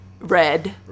red